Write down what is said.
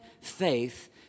faith